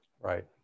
Right